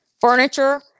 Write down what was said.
furniture